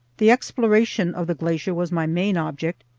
the exploration of the glacier was my main object,